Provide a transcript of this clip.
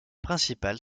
principal